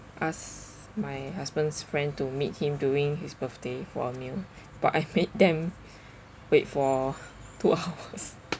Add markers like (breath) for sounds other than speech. ask my husband's friend to meet him during his birthday for a meal but I (laughs) made them (breath) wait for two hours (laughs) (noise)